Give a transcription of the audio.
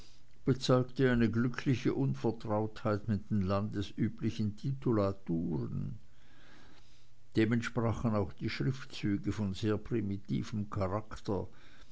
bezeugte eine glückliche unvertrautheit mit den landesüblichen titulaturen dem entsprachen auch die schriftzüge von sehr primitivem charakter